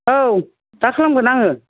औ दा खालामगोन आङो